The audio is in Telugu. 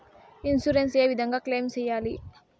ఇన్సూరెన్సు ఏ విధంగా క్లెయిమ్ సేయాలి?